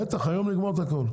בטח היום נגמור את הכל,